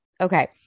Okay